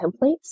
templates